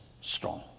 strong